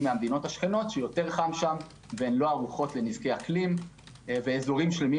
מהמדינות השכנות שיותר חם שם והן לא ערוכות לנזקי אקלים ואזורים שלמים